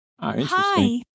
Hi